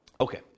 Okay